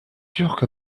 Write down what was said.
turque